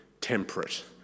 temperate